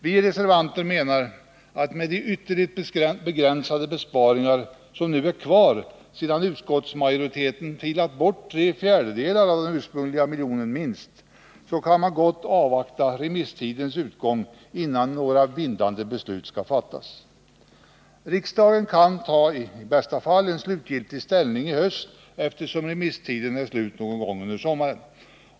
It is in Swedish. Vi reservanter menar att med de ytterligt begränsade besparingar som nu är kvar sedan utskottsmajoriteten filat bort minst tre fjärdedelar av den ursprungliga miljonen kan riksdagen gott avvakta remisstidens utgång innan några bindande beslut fattas. Riksdagen kan i bästa fall ta slutgiltig ställning i höst, eftersom remisstiden går ut någon gång under sommaren.